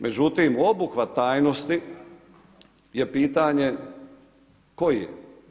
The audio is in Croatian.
Međutim, obuhvat tajnosti je pitanje koje.